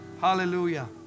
Hallelujah